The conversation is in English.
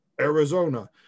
Arizona